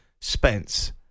Spence